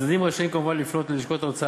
הצדדים רשאים כמובן לפנות ללשכות ההוצאה